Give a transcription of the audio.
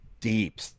deep